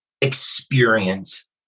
experience